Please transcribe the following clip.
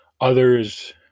others